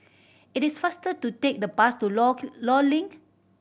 it is faster to take the bus to Law Law Link